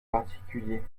particuliers